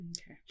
Okay